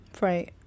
Right